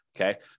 okay